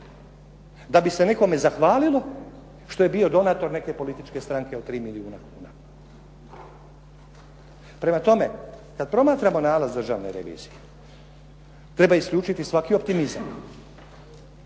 Da bi se nekome zahvalilo što je bio donator neke političke stranke od 3 milijuna kuna. Prema tome, kada promatramo nalaz Državne revizije, treba isključiti svaki optimizam,